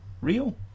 real